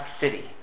city